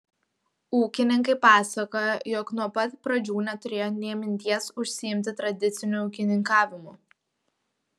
ūkininkai pasakoja jog nuo pat pradžių neturėjo nė minties užsiimti tradiciniu ūkininkavimu